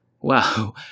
Wow